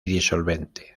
disolvente